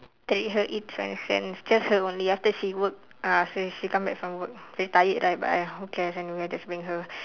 treat her eat swensen's just her only after she work ah she she come back from work very tired right but !aiya! who cares anyway I just bring her